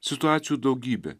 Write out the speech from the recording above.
situacijų daugybė